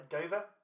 Dover